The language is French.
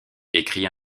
écrit